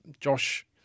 Josh –